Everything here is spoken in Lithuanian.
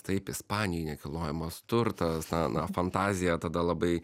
taip ispanijoj nekilnojamas turtas na na fantazija tada labai